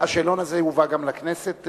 השאלון הזה יובא גם לכנסת?